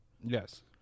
Yes